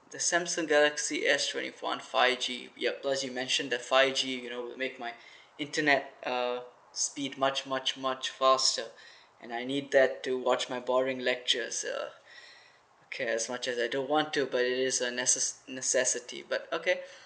the samsung galaxy s twenty one five G yup thus you mentioned the five G you know would make my internet uh speed much much much faster and I need that to watch my boring lectures uh okay as much as I don't want to but it is a necess~ necessity but okay